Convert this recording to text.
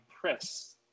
press